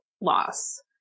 loss